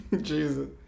Jesus